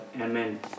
Amen